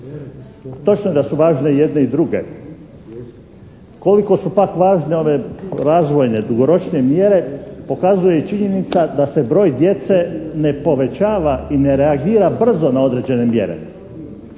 Točno je da su važne i jedne i druge. Koliko su pak važne ove razvojne, dugoročnije mjere pokazuje i činjenica da se broj djece ne povećava i ne reagira brzo na određene mjere.